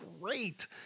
great